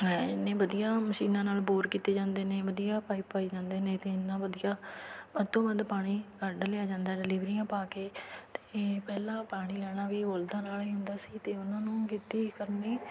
ਐਨੇ ਵਧੀਆ ਮਸ਼ੀਨਾਂ ਨਾਲ ਬੋਰ ਕੀਤੇ ਜਾਂਦੇ ਨੇ ਵਧੀਆ ਪਾਇਪ ਪਾਏ ਜਾਂਦੇ ਨੇ ਅਤੇ ਐਨਾ ਵਧੀਆ ਵੱਧ ਤੋਂ ਵੱਧ ਪਾਣੀ ਕੱਢ ਲਿਆ ਜਾਂਦਾ ਡਿਲੀਵਰੀਆਂ ਪਾ ਕੇ ਅਤੇ ਪਹਿਲਾਂ ਪਾਣੀ ਲੈਣਾ ਵੀ ਬਲਦਾਂ ਨਾਲ ਹੀ ਹੁੰਦਾ ਸੀ ਅਤੇ ਉਹਨਾਂ ਨੂੰ ਖੇਤੀ ਕਰਨੀ